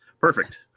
Perfect